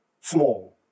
small